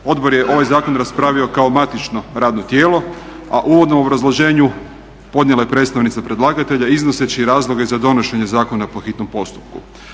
Odbor je ovaj Zakon raspravio kao matično radno tijelo a uvodno u obrazloženju podnijela je predstavnica predlagatelja iznoseći razloge za donošenje zakona po hitnom postupku.